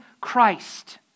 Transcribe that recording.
Christ